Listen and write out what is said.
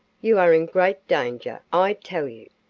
you are in great danger, i tell you,